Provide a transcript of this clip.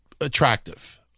attractive